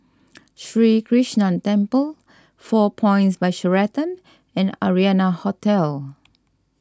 Sri Krishnan Temple four Points By Sheraton and Arianna Hotel